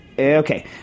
Okay